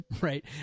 right